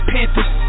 Panthers